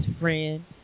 friend